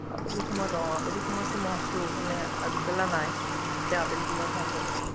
আবেলি সময়ত অঁ আবেলি সময়তটো মই আছোঁ মানে আগবেলা নাই এতিয়া আবেলি সময়তহে আছোঁ আপোনাৰ